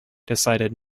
decided